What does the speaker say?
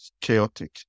chaotic